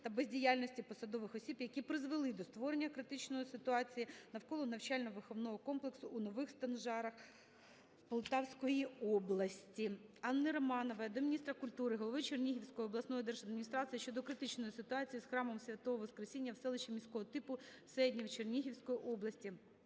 та бездіяльності посадових осіб, які призвели до створення критичної ситуації навколо навчально-виховного комплексу у Нових Санжарах Полтавської області. Анни Романової до міністра культури, голови Чернігівської обласної держадміністрації щодо критичної ситуації з храмом Святого Воскресіння в селищі міського типу Седнів Чернігівської області.